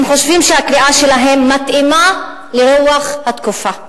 הם חושבים שהקריאה שלהם מתאימה לרוח התקופה.